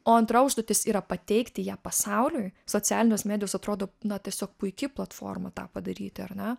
o antra užduotis yra pateikti ją pasauliui socialinės medijos atrodo na tiesiog puiki platforma tą padaryti ar ne